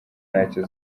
ntacyo